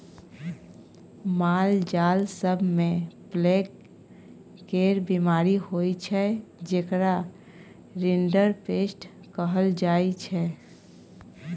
मालजाल सब मे प्लेग केर बीमारी होइ छै जेकरा रिंडरपेस्ट कहल जाइ छै